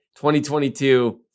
2022